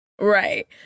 Right